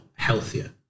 healthier